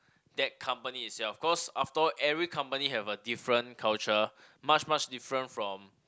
that company itself cause after all every company have a different culture much much different from